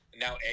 Now